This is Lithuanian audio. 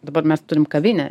dabar mes turim kavinę